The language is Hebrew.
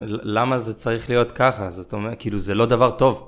למה זה צריך להיות ככה? כאילו זה לא דבר טוב.